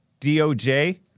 DOJ